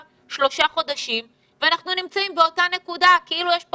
שלושה חודשים ואנחנו נמצאים באותה נקודה כאילו יש כאן